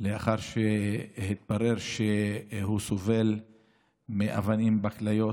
לאחר שהתברר שהוא סובל מאבנים בכליות.